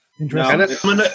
interesting